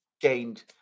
gained